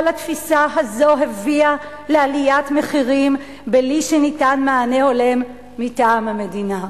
כל התפיסה הזאת הביאה לעליית מחירים בלי שניתן מענה הולם מטעם המדינה.